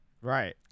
Right